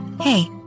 Hey